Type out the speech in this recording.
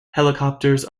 helicopters